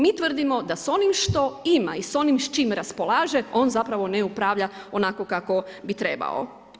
Mi tvrdimo da s onim što ima i s onim s čim raspolaže on zapravo ne upravlja onako kako bi trebao.